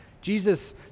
Jesus